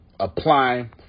Apply